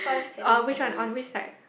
which one on which side